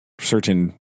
certain